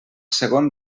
segon